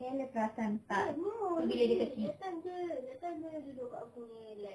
eleh perasan tak tu bila dia kecil